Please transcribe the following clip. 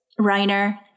Reiner